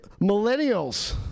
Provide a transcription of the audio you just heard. millennials